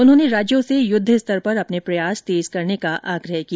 उन्होंने राज्यों से युद्धस्तर पर अपने प्रयास तेज करने का आग्रह किया